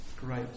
great